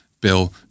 bill